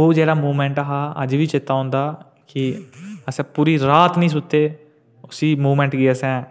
ओह् जेह्ड़ा मूमैंट हा अज्ज बी चेत्ता औंदा कि अस पूरी रात निं सुत्ते उसी मूमैंट गी असें